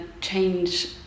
change